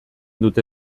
dute